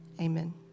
amen